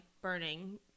burning